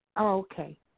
Okay